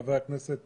חבר הכנסת